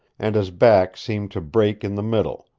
and his back seemed to break in the middle,